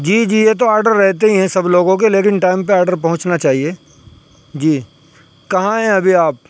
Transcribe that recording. جی جی یہ تو آڈر رہتے ہی ہیں سب لوگوں کے لیکن ٹائم پہ آڈر پہنچنا چاہیے جی کہاں ہیں ابھی آپ